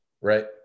right